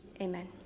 Amen